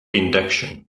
induction